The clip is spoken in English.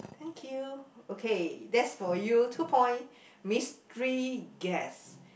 thank you okay that's for you two point mystery guess